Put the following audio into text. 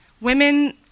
Women